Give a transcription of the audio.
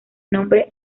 nombre